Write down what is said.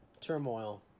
turmoil